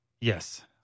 yes